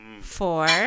four